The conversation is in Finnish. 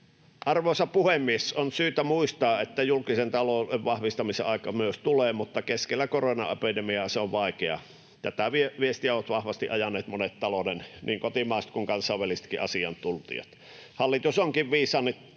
Arvoisa puhemies! On syytä muistaa, että julkisen talouden vahvistamisen aika tulee myös, mutta keskellä koronaepidemiaa se on vaikeaa. Tätä viestiä ovat vahvasti ajaneet monet talouden asiantuntijat, niin kotimaiset kuin kansainvälisetkin. Hallitus onkin viisaasti